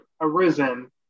arisen